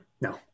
no